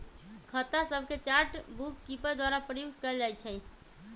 खता सभके chart bookkeeper द्वारा प्रयुक्त कएल जाइ छइ